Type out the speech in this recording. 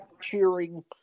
Cheering